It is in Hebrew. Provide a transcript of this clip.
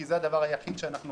כי זה הדבר היחיד שאנחנו